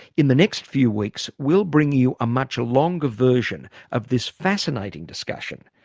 in the next few weeks we'll bring you a much longer version of this fascinating discussion,